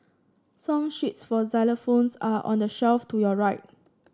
song sheets for xylophones are on the shelf to your right